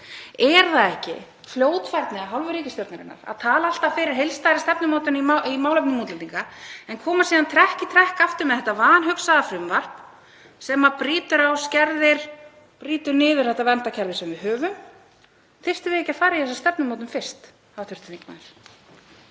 Er það ekki fljótfærni af hálfu ríkisstjórnarinnar að tala alltaf fyrir heildstæðri stefnumótun í málefnum útlendinga en koma síðan trekk í trekk með þetta vanhugsaða frumvarp sem brýtur á, skerðir og brýtur niður það verndarkerfi sem við höfum? Þyrftum við ekki að fara í þessa stefnumótun fyrst, hv. þingmaður?